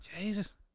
Jesus